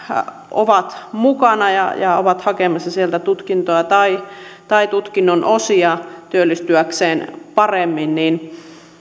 ovat mukana ja ja ovat hakemassa sieltä tutkintoa tai tai tutkinnon osia työllistyäkseen paremmin